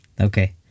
okay